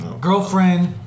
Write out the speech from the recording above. girlfriend